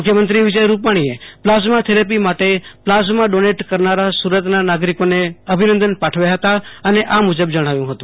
મુખ્યમંત્રી વીજય રૂપાણીએ plasma therapy માટે પ્લાઝમા ડોનેટ કરનારા સુરતના નાગરીકોને અભિનંદન પાઠવ્યા હતા અને આ મુજબ જણાવ્યું હતું